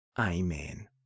Amen